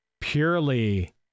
purely